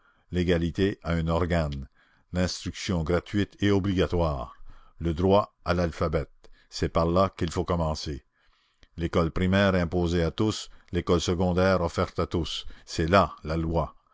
l'égalité a un organe l'instruction gratuite et obligatoire le droit à l'alphabet c'est par là qu'il faut commencer l'école primaire imposée à tous l'école secondaire offerte à tous c'est là la loi